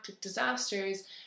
disasters